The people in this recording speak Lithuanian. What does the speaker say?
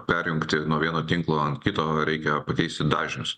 perjungti nuo vieno tinklo ant kito reikia pakeisti dažnius